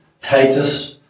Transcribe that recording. Titus